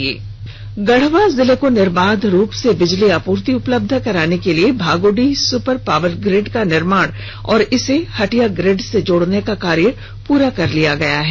special story Garhwa Garhwa जिले को निर्बाध रूप से बिजली आपूर्ति अपलब्ध कराने के लिए भागोडीह सुपर पावर प्रिड का निर्माण और इसे हटिया ग्रिड से जोड़ने का कार्य पूरा कर लिया गया है